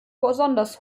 besonders